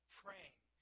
praying